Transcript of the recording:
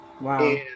Wow